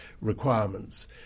requirements